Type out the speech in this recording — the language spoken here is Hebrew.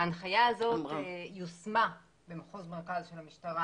ההנחיה הזאת יושמה במחוז מרכז של המשטרה